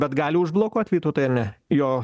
bet gali užblokuot vytautai ar ne jo